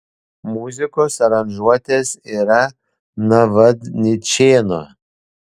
muzikos aranžuotės yra navadničėno